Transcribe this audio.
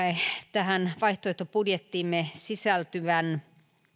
tähän vaihtoehtobudjettiimme sisältyvän